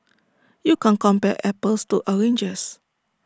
you can't compare apples to oranges